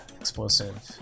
explosive